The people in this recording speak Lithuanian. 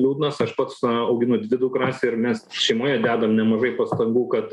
liūdnas aš pats auginu dvi dukras ir mes šeimoje dedam nemažai pastangų kad